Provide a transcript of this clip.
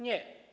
Nie.